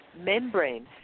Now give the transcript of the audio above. membrane